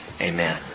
amen